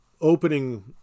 opening